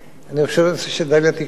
אני רוצה שדליה תקשיב.